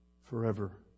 forever